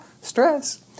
stress